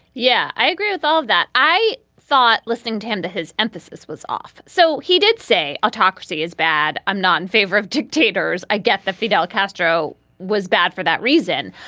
yeah, i agree with all of that. i thought listening to him to his emphasis was off, so. he did say autocracy is bad. i'm not in favor of dictators. i get that fidel castro was bad for that reason.